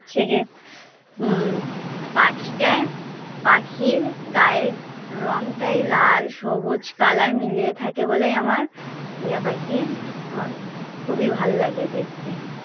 হচ্ছে গিয়ে পাখিটার পাখির গায়ের রংটাই লাল সবুজ কালার মিলিয়ে থাকে বলেই আমার টিয়া পাখি আমার খুবই ভালো লাগে দেখতে